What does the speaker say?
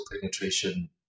penetration